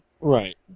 right